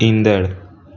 ईंदड़ु